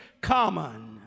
common